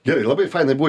gerai labai fainai buvo